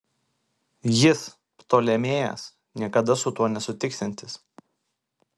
jis ptolemėjas niekada su tuo nesutiksiantis